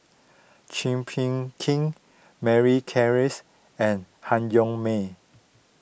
Chua Phung Kim Mary Klass and Han Yong May